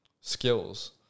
skills